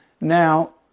Now